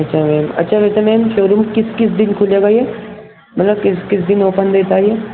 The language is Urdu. اچھا میم اچھا جیسے میم شوروم کس کس دن کھلے گا یہ مطلب کس کس دن اوپن رہتا ہے یہ